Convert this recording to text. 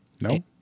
No